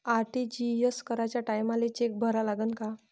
RTGS कराच्या टायमाले cheque भरा लागन का?